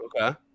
Okay